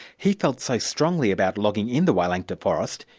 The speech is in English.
he felt so strongly about logging in the wielangta forest,